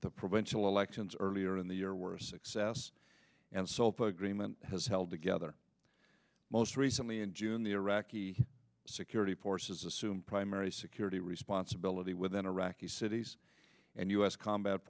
the provincial elections earlier in the year were a success and salt agreement has held together most recently in june the iraqi security forces assumed primary security responsibility with an iraqi cities and u s combat